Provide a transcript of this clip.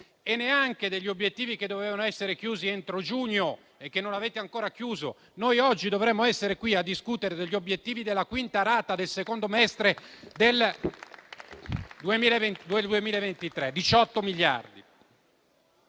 e neanche degli obiettivi che dovevano essere chiusi entro giugno e che non avete ancora chiuso. Noi oggi dovremmo essere qui a discutere degli obiettivi della quinta rata del secondo semestre del 2023, 18 miliardi.